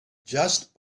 just